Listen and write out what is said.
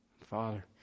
Father